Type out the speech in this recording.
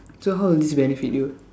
so how does this benefit you